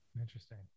Interesting